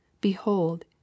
Behold